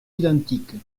identiques